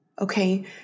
Okay